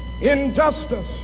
injustice